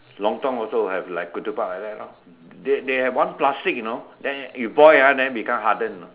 lontong also have like ketupat like that lor they they have one plastic you know then you boil ah then become harden you know